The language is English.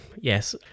Yes